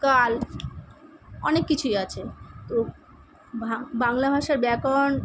কাল অনেক কিছুই আছে তো বাংলা ভাষার ব্যাকরণ